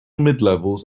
midlevels